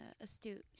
astute